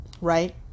right